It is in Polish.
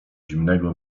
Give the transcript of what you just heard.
zimnego